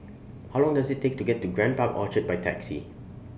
How Long Does IT Take to get to The Grand Park Orchard By Taxi